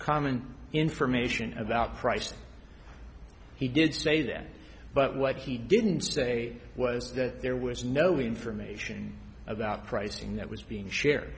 common information about pricing he did say that but what he didn't say was that there was no information about pricing that was being